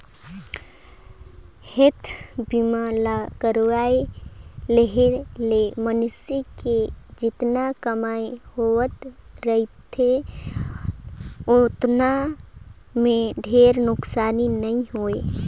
health बीमा ल करवाये लेहे ले मइनसे के जेतना कमई होत रथे ओतना मे ढेरे नुकसानी नइ होय